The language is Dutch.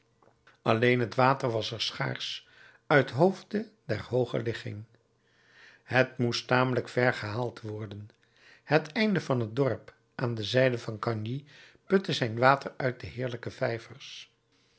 alleen het water was er schaarsch uithoofde der hooge ligging het moest tamelijk ver gehaald worden het einde van het dorp aan de zijde van gagny putte zijn water uit de heerlijke vijvers